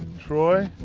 troy